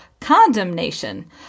condemnation